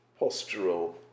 postural